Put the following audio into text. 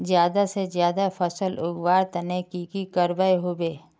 ज्यादा से ज्यादा फसल उगवार तने की की करबय होबे?